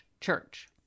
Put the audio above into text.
church